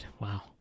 wow